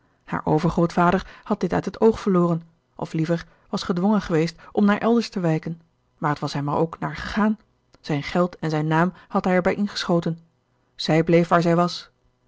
haar overgrootvader had dit uit het oog verloren of liever was gedwongen geweest om naar elders te wijken maar t was er hem ook naar gegaan zijn geld en zijn naam had hij er bij ingeschoten zij bleef waar zij was